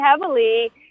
heavily